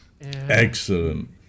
Excellent